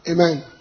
Amen